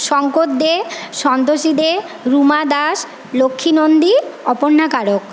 Shankar Dey Santoshi Dey Ruma Das Lakshmi Nandi Aparna Karak